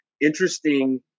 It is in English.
interesting